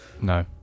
No